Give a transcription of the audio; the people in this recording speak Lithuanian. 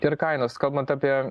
ir kainas kalbant apie